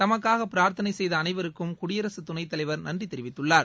தமக்காக பிரார்த்தனை செய்த அனைவருக்கும் குடியரசுத் துணைத் தலைவர் நன்றி தெரிவித்துள்ளார்